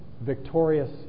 victorious